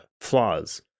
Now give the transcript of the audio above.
flaws